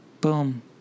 Boom